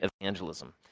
evangelism